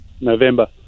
November